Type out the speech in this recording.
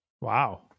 Wow